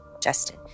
Justin